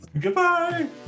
Goodbye